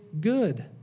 good